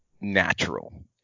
natural